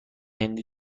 هندی